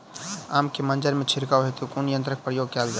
आम केँ मंजर मे छिड़काव हेतु कुन यंत्रक प्रयोग कैल जाय?